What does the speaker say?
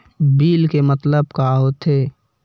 Bill के मतलब का होथे?